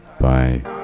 Bye